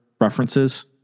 references